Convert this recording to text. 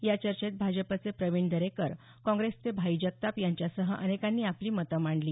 या चर्चेत भाजपचे प्रवीण दरेकर काँग्रेसचे भाई जगताप यांच्यासह अनेकांनी आपली मत मांडली